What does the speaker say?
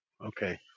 Okay